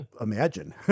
imagine